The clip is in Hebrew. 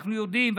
אנחנו יודעים,